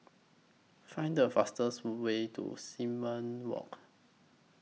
Find The fastest Way to Simon Walk